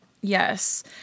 Yes